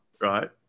right